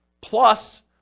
plus